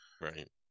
Right